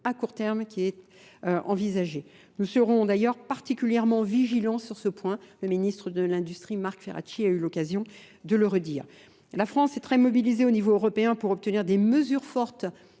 à court terme qui est envisagée. Nous serons particulièrement vigilants sur ce point. Le ministre de l'Industrie, Marc Ferracchi, a eu l'occasion de le redire. La France est très mobilisée au niveau européen pour obtenir des mesures fortes